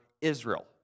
Israel